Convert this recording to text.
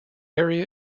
area